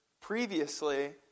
previously